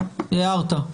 הערת.